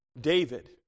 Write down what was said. David